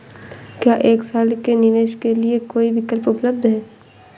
क्या एक साल के निवेश के लिए कोई विकल्प उपलब्ध है?